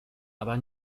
aber